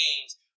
games